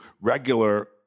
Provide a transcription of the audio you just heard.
regular